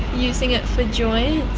using it for joints?